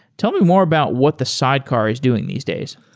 tell me more about what the sidecar is doing these days.